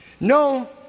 No